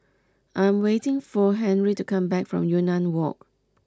I'm waiting for Henry to come back from Yunnan Walk